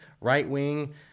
right-wing